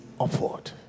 upward